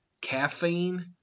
caffeine